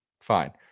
fine